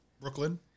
Brooklyn